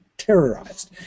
terrorized